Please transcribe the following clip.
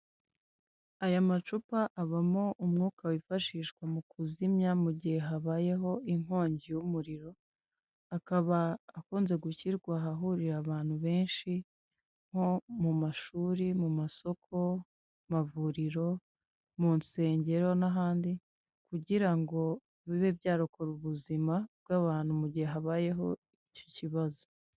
Aya macupa abamo umwuka wifashishwa mukuzimya mu igihe habayeho inkongi y'umuriro, akaba akunda gushyirwa ahantu hahurira abantu benshi nko mu mashuri, mu masoko mu mavuriro, mu nsengero, n'ahandi , kugirango bibe byarokora ubuzima bw'abantu mu gihe habayeho icyo kibazo.